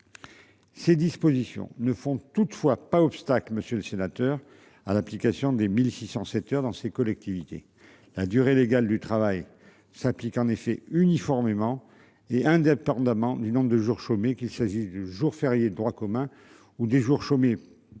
Ces dispositions ne font toutefois pas obstacle, monsieur le sénateur à l'application des 1607 heures dans ces collectivités, la durée légale du travail s'applique en effet uniformément et indépendamment du nombre de jours chômés, qu'il s'agisse du jour férié de droit commun ou des jours chômés.